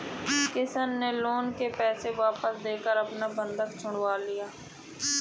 किशन ने लोन के पैसे वापस देकर अपना बंधक छुड़वा लिया